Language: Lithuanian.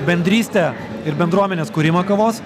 bendrystę ir bendruomenės kūrimą kavos